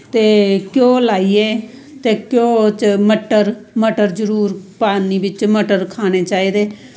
ते घ्यो लाइयै ते घ्यो च मटर मटर जरूर पान्नी बिच्च मटर खाने चाही दे